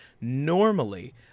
Normally